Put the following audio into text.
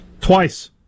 Twice